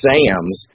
Sam's